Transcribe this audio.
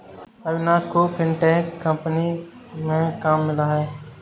अविनाश को fintech company में काम मिला है